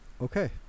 Okay